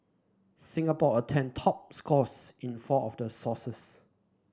Singapore attained top scores in four of those sources